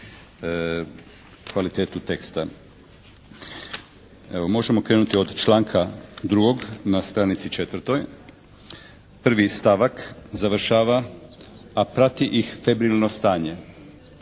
kvalitetu teksta. Evo možemo krenuti od članka 2. na stranici četvrtoj, 1. stavak završava a prati ih febrilno stanje.